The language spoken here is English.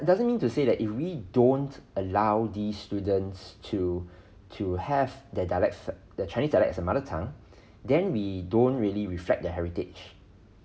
it doesn't mean to say that if we don't allow these students to to have their dialect the chinese dialects their mother tongue then we don't really reflect their heritage